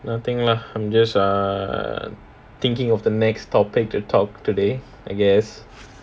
nothing lah I'm just err thinking of the next topic to talk today I guess